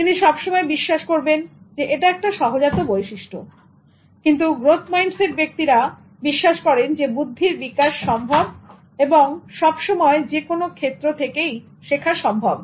তিনি সবসময় বিশ্বাস করবেন এটা একটা সহজাত বৈশিষ্ট্য কিন্তু গ্রোথ মাইন্ডসেট ব্যক্তিরা বিশ্বাস করেন বুদ্ধির বিকাশ সম্ভবএবং সবসময় যে কোন ক্ষেত্র থেকেই শেখা সম্ভব